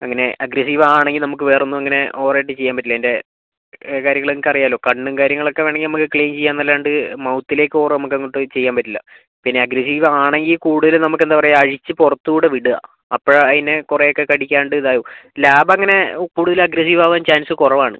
അങ്ങനെ അഗ്രസീവ് ആവുകയാണെങ്കിൽ നമുക്ക് വേറൊന്നും അങ്ങനെ ഓവർ ആയിട്ട് ചെയ്യാൻ പറ്റില്ല അതിന്റെ കാര്യങ്ങൾ നിങ്ങൾക്ക് അറിയാമല്ലോ കണ്ണും കാര്യങ്ങളൊക്കെ വേണമെങ്കിൽ നമുക്ക് ക്ലീൻ ചെയ്യാമെന്ന് അല്ലാണ്ട് മൗത്തിലേക്ക് ഓവർ നമുക്ക് അങ്ങോട്ട് ചെയ്യാൻ പറ്റില്ല പിന്നെ അഗ്രസീവ് ആണെങ്കിൽ കൂടുതലും നമുക്ക് എന്താണ് പറയുക അഴിച്ച് പുറത്തുകൂടെ വിടുക അപ്പോഴാണ് അതിന് കുറേ ഒക്കെ കടിക്കാണ്ട് ഇതാവൂ ലാബ് അങ്ങനെ കൂടുതൽ അഗ്രസീവ് ആവാൻ ചാൻസ് കുറവാണ്